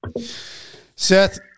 Seth